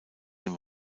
dem